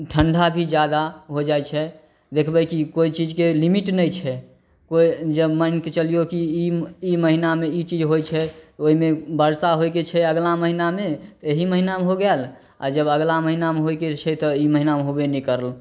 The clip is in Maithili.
ठण्डा भी जादा हो जाइ छै देखबै कि कोइ चीजके लिमिट नहि छै कोइ जे मानिके चलिऔ कि ई ई महिनामे ई चीज होइ छै ओहिमे बरसा होइके छै अगिला महिनामे तऽ एहि महिना हो गेल आओर जब अगिला महिनामे होइके छै तऽ ई महिनामे होबे नहि करल